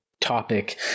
topic